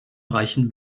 reichen